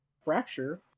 Fracture